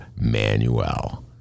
Manuel